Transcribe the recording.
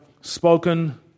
spoken